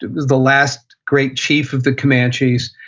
the last great chief of the comanches.